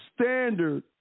standard